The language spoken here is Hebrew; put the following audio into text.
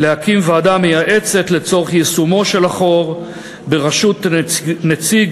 להקים ועדה מייעצת לצורך יישומו של החוק בראשות נציג